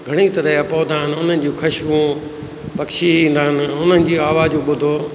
घणई तरह जा पौधा आहिनि उन्हनि जूं ख़ुशबू पक्षी ईंदा आहिनि उन्हनि जी आवाज़ूं ॿुधो